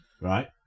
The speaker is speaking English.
right